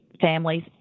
families